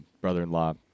brother-in-law